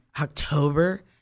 October